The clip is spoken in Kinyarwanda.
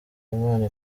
imana